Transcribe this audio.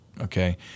okay